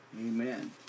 Amen